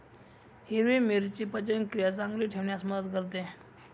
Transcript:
हिरवी मिरची पचनक्रिया चांगली ठेवण्यास मदत करते